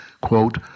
quote